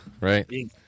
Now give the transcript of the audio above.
right